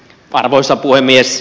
arvoisa puhemies